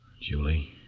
Julie